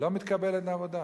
לא מתקבלת לעבודה?